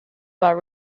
our